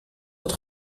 het